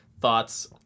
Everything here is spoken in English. thoughts